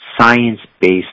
science-based